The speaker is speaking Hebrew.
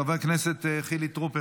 חבר הכנסת חילי טרופר,